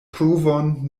pruvon